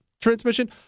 transmission